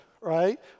right